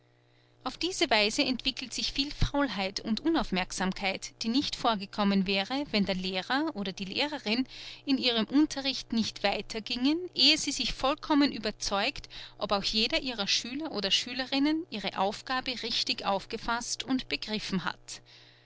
auf diese weise entwickelt sich viel faulheit und unaufmerksamkeit die nicht vorgekommen wäre wenn der lehrer oder die lehrerin in ihrem unterricht nicht weiter gingen ehe sie sich vollkommen überzeugt ob auch jeder ihrer schüler oder schülerinnen ihre aufgabe richtig aufgefaßt und begriffen hat